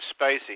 Spacey